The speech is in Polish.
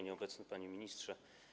Nieobecny Panie Ministrze!